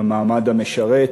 במעמד המשרת,